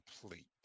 complete